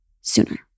sooner